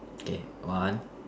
okay one